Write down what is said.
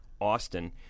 Austin